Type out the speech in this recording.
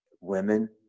Women